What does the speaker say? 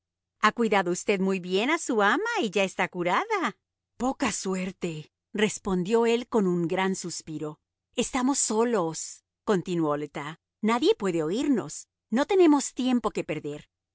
ha cuidado usted muy bien a su ama y ya está curada poca suerte respondió él con un gran suspiro estamos solos continuó le tas nadie puede oírnos no tenemos tiempo que perder